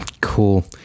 Cool